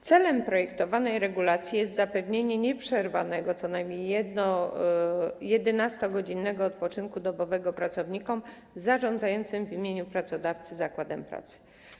Celem projektowanej regulacji jest zapewnienie nieprzerwanego, co najmniej 11-godzinnego odpoczynku dobowego pracownikom zarządzającym w imieniu pracodawcy zakładem pracy.